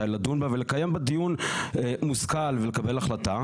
מתי לדון בה ולקיים בה דיון מושכל ולקבל החלטה.